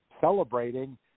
celebrating